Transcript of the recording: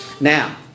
Now